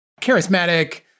charismatic